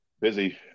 busy